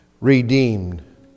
redeemed